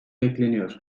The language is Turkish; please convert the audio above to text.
bekleniyor